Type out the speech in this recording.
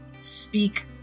speak